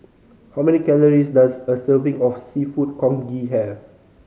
how many calories does a serving of Seafood Congee have